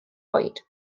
oed